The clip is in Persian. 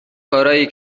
کارایی